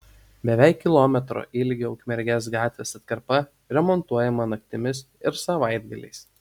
beveik kilometro ilgio ukmergės gatvės atkarpa remontuojama naktimis ir savaitgaliais